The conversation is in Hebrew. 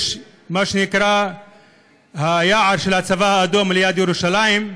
יש את היער של הצבא האדום ליד ירושלים,